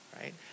right